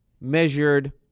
measured